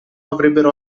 avrebbero